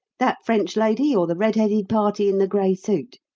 that french lady, or the red-headed party in the grey suit?